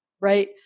Right